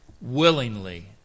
willingly